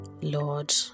Lord